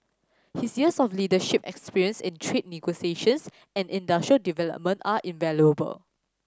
his years of leadership experience in trade negotiations and industrial development are invaluable